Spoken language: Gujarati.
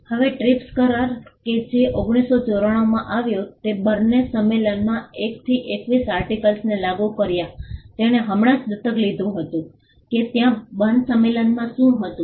હવે ટ્રીપ્સ કરાર કે જે 1994 માં આવ્યો તે બર્ને સંમેલનના 1 થી 21 આર્ટીકલ્સને લાગુ કર્યા તેણે હમણાં જ દત્તક લીધું હતું કે ત્યાં બર્ન સંમેલનમાં શું હતું